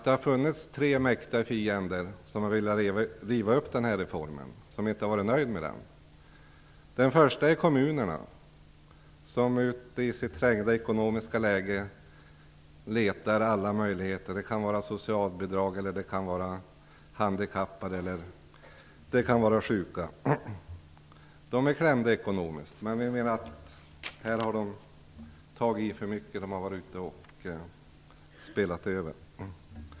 Det har funnits tre mäktiga fiender som inte har varit nöjda med reformen och har velat riva upp den. Den första är kommunerna, som i sitt trängda ekonomiska läge letar efter alla möjligheter till nedskärningar, på t.ex. socialbidrag, handikappade eller sjuka. De är klämda ekonomiskt, men vi menar att de här har tagit i för mycket.